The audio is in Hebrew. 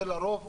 לרוב,